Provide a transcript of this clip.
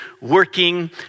working